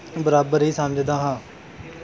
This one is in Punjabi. ਬਰਾਬਰ ਹੀ ਸਮਝਦਾ ਹਾਂ